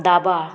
धाबाळ